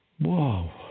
wow